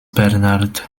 bernard